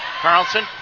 Carlson